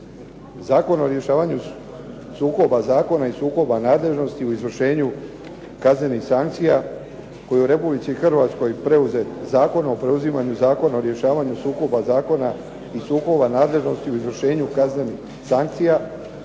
Zakon o rješavanju sukoba zakona i sukoba nadležnosti u izvršenju kaznenih sankcija koji je u Republici Hrvatskoj preuzet Zakonom o preuzimanju Zakona o rješavanju sukoba zakona i sukoba nadležnosti u izvršenju kaznenih sankcija